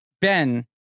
Ben